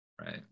Right